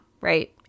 right